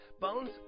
Bones